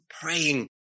praying